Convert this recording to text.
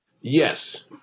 Yes